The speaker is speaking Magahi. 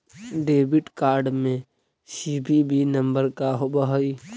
डेबिट कार्ड में सी.वी.वी नंबर का होव हइ?